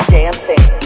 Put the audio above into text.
dancing